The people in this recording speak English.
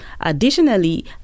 Additionally